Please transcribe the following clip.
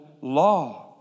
law